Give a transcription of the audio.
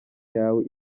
yawe